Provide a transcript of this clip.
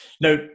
Now